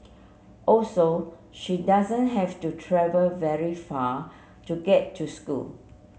also she doesn't have to travel very far to get to school